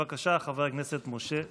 בבקשה, חבר הכנסת משה סעדה.